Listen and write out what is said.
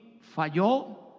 falló